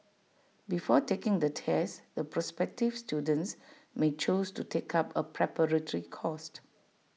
before taking the test the prospective students may choose to take up A preparatory course